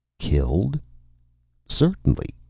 killed certainly,